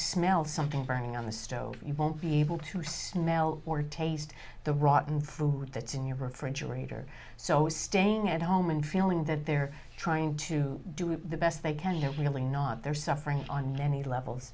smell something burning on the stove you won't be able to smell or taste the rotten food that's in your refrigerator so staying at home and feeling that they're trying to do it the best they can you really not they're suffering on many levels